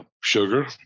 sugar